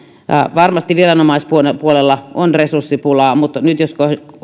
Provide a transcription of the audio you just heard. varmasti viranomaispuolella on resurssipulaa mutta jos